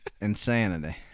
Insanity